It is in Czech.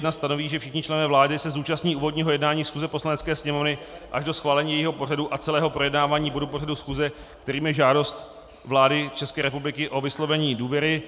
I stanoví, že všichni členové vlády se zúčastní úvodního jednání schůze Poslanecké sněmovny až do schválení jejího pořadu a celého projednávání bodu pořadu schůze, kterým je žádost vlády České republiky o vyslovení důvěry.